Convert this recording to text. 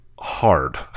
hard